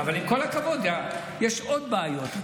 אבל עם כל הכבוד, יש עוד בעיות.